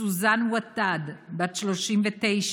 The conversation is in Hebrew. סוזאן ותד, בת 39,